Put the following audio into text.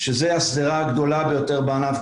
שזה השדרה הגדולה ביותר בענף,